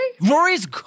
Rory's